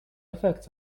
effects